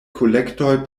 kolektoj